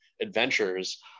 adventures